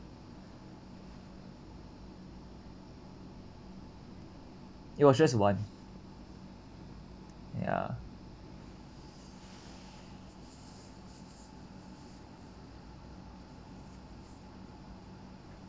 it was just one ya